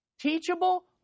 Teachable